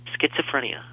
schizophrenia